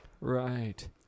Right